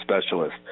specialist